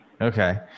Okay